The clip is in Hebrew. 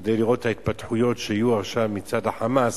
כדי לראות את ההתפתחויות שיהיו עכשיו מצד ה"חמאס"